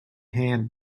hand